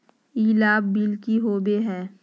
ई लाभ बिल की होबो हैं?